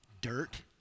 dirt